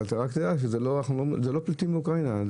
אבל רק שתדע, זה לא פליטים מאוקראינה.